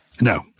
No